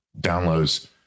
downloads